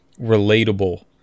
relatable